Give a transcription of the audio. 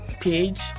page